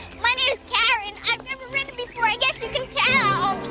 my name's karen. i've never ridden before. i guess you can tell.